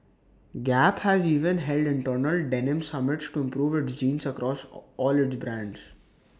gap has even held internal denim summits to improve its jeans across all its brands